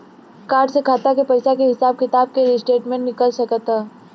Card से खाता के पइसा के हिसाब किताब के स्टेटमेंट निकल सकेलऽ?